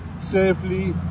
safely